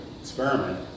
experiment